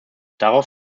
darauf